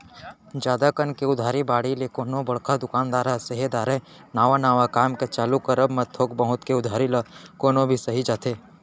जादा कन के उधारी बाड़ही ल कोनो बड़का दुकानदार ह सेहे धरय नवा नवा काम के चालू करब म थोक बहुत के उधारी ल कोनो भी सहि जाथे